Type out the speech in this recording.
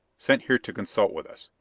sent here to consult with us.